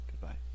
Goodbye